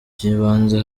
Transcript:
by’ibanze